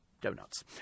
donuts